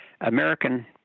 American